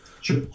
sure